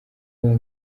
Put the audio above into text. yombi